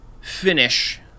finish